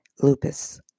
lupus